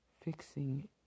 fixing